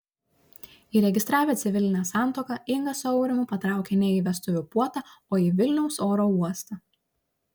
įregistravę civilinę santuoką inga su aurimu patraukė ne į vestuvių puotą o į vilniaus oro uostą